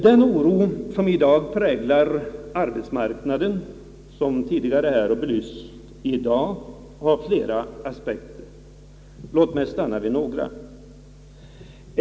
Den oro som i dag präglar arbetsmarknaden och som tidigare har belysts i dag har flera aspekter. Låt mig stanna vid några.